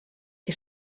que